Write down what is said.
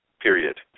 period